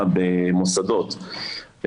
במסלולי מוסדות,